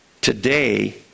today